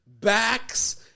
backs